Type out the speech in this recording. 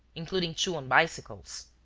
including two on bicycles.